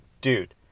dude